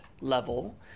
level